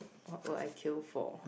what would I kill for